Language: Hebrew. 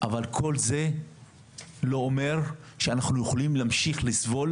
אבל כל זה לא אומר שאנחנו יכולים להמשיך לסבול